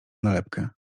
nalepkę